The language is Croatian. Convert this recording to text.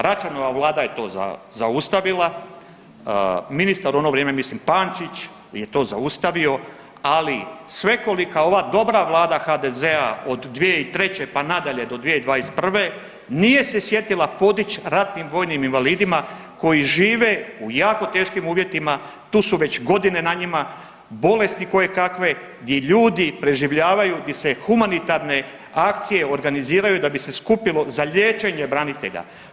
Račanova Vlada je to zaustavila, ministar u ono vrijeme, mislim Pančić je to zaustavilo, ali svekolika ova dobra Vlada HDZ-a od 2003. pa nadalje, do 2021. nije se sjetila podići ratnim vojnim invalidima koji žive u jako teškim uvjetima, tu su već godine na njima, bolesti kojekakve i ljudi preživljavaju di se humanitarne akcije organiziraju da bi se skupilo za liječenje branitelja.